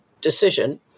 decision